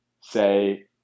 say